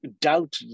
doubt